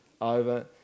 over